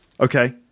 Okay